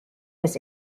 was